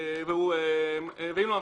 ואם לא,